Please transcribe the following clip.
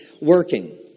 working